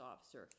officer